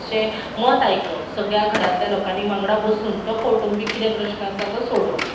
चें मत आयकप सगल्या घरांतल्या लोकांनी वांगडा बसून तो कौटुंबीक कितें प्रश्न आसा तो सोडोवप